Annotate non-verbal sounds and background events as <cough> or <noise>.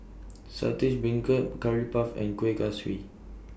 <noise> Saltish Beancurd Curry Puff and Kueh Kaswi